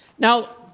now,